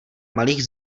malých